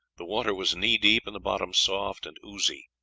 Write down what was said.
the water was knee-deep and the bottom soft and oozy.